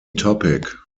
topic